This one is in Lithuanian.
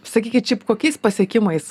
sakykit šiaip kokiais pasiekimais